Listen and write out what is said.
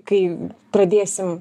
kai pradėsim